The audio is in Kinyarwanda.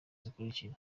zikurikira